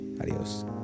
Adios